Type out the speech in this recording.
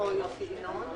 יסודות